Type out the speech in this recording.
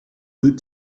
deux